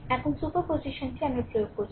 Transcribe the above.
এখন সুপারপজিশনটি আমরা প্রয়োগ করছি